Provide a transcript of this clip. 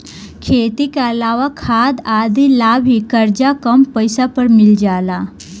खेती के अलावा खाद आदि ला भी करजा कम पैसा पर मिल जाला